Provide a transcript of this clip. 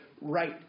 right